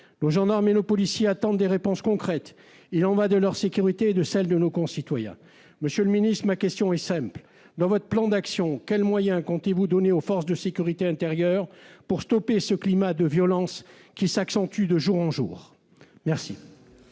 Nos gendarmes et nos policiers attendent des réponses concrètes : il y va de leur sécurité et de celle de nos concitoyens. Monsieur le ministre, ma question est simple : dans votre plan d'action, quels moyens comptez-vous donner aux forces de sécurité intérieure pour stopper ce climat de violence qui s'accentue de jour en jour ? La